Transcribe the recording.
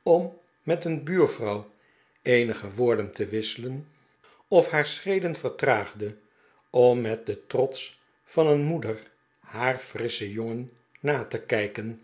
stilstaan'om met een buurvrouw eenige woorden te wisselen of haar schreden vertraagde om met den trots van een moeder haar frisschen jongen na te kijken